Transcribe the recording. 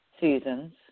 seasons